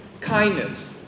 kindness